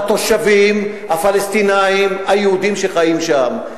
התושבים הפלסטינים והיהודים שחיים שם.